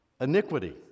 iniquity